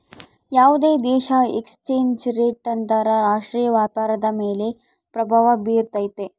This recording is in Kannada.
ಯಾವುದೇ ದೇಶದ ಎಕ್ಸ್ ಚೇಂಜ್ ರೇಟ್ ಅಂತರ ರಾಷ್ಟ್ರೀಯ ವ್ಯಾಪಾರದ ಮೇಲೆ ಪ್ರಭಾವ ಬಿರ್ತೈತೆ